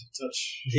touch